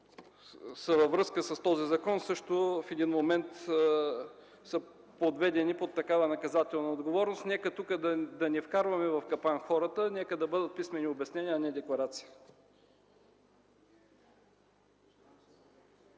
са във връзка с този закон, също в един момент са подведени под такава наказателна отговорност. Нека тук да не вкарваме в капан хората, нека да бъде „писмени обяснения”, а не „декларация”.